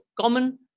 common